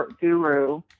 guru